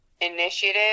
initiative